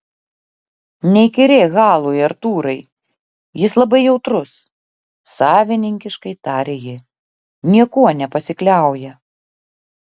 neįkyrėk halui artūrai jis labai jautrus savininkiškai tarė ji niekuo nepasikliauja